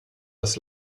das